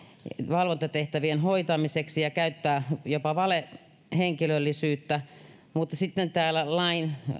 valvontatehtävien hoitamiseksi ja käyttää jopa valehenkilöllisyyttä mutta sitten lain